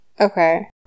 Okay